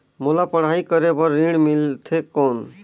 मोला पढ़ाई करे बर ऋण मिलथे कौन?